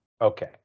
Okay